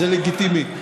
זה לגיטימי.